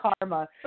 karma